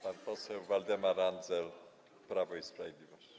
Pan poseł Waldemar Andzel, Prawo i Sprawiedliwość.